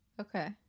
Okay